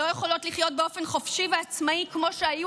שלא יכולות לחיות באופן חופשי ועצמאי כמו שהיו